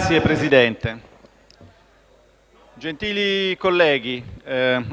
Signor Presidente, gentili colleghi,